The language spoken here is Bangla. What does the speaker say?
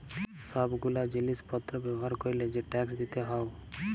সব গুলা জিলিস পত্র ব্যবহার ক্যরলে যে ট্যাক্স দিতে হউ